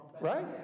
right